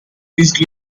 his